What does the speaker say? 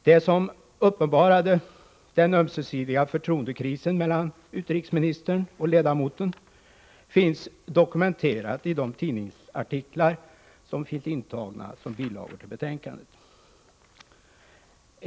Det som uppenbarade den ömsesidiga förtroendekrisen mellan utrikesministern och ledamoten finns dokumenterat i de tidningsartiklar som finns intagna som bilagor till betänkandet.